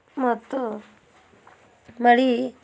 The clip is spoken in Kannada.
ಮತ್ತು ಮಳೆ